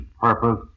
purpose